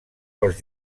pels